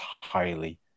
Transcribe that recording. highly